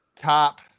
Top